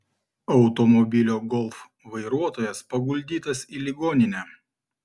automobilio golf vairuotojas paguldytas į ligoninę